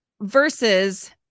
versus